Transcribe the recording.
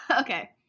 Okay